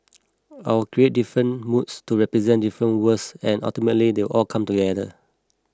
I'll create different moods to represent different worlds and ultimately they will all come together